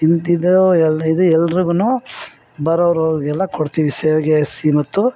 ಇಂತಿದು ಎಲ್ಲ ಇದು ಎಲ್ರುಗು ಬರೋರು ಹೋಗೋರ್ಗೆಲ್ಲ ಕೊಡ್ತೀವಿ ಶಾವ್ಗೆ ಸಿಹಿ ಮತ್ತು